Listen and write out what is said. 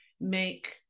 make